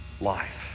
life